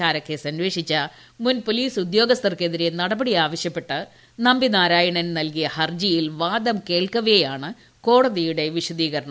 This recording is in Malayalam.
ചാരക്കേസ് അന്വേഷിച്ച മുൻ പൊലീസ് ഉദ്യോഗസ്ഥർക്കെതിരെ നടപടി ആവശ്യപ്പെട്ട് നമ്പി നാരായണൻ നൽകിയ ഹർജിയിൽ വാദം കേൾക്കവെയാണ് കോടതിയുടെ വിശദീകരണം